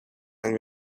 and